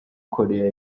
korea